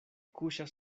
kuŝas